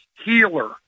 healer